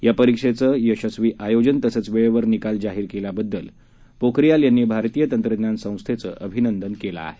या परीक्षेचं यशस्वी आयोजन तसंच वेळेवर निकाल जाहीर केल्याबद्दल पोखरियाल यांनी भारतीय तंत्रज्ञान संस्थेचं अभिनंदन केलं आहे